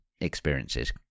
experiences